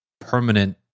permanent